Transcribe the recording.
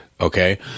Okay